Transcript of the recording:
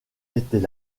était